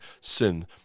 sin